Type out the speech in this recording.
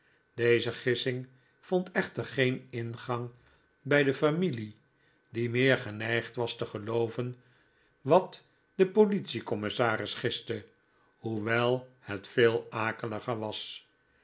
deze gissing vond echter geen ingang by de familie die meer geneigd was te gelooven wat de politiecom missaris giste hoewel het veel akeliger was